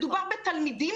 מדובר בתלמידים